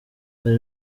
hari